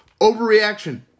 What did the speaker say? Overreaction